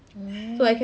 oh